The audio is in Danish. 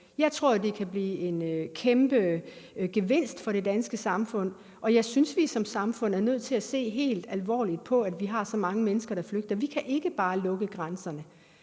Jeg tror, det kan blive en kæmpe gevinst for det danske samfund, og jeg synes, vi som samfund er nødt til at se helt alvorligt på, at der er så mange mennesker, der flygter. Vi kan ikke bare lukke grænserne.